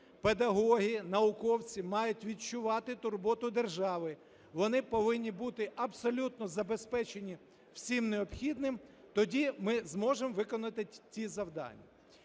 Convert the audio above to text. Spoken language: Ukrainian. Педагоги, науковці мають відчувати турботу держави. Вони повинні бути абсолютно забезпечені всім необхідним, тоді ми зможемо виконати ті завдання.